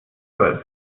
zwölf